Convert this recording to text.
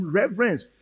reverence